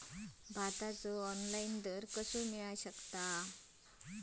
भाताचो ऑनलाइन दर कसो मिळात?